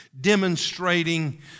demonstrating